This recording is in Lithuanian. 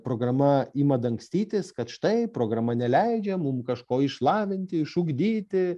programa ima dangstytis kad štai programa neleidžia mum kažko išlavinti išugdyti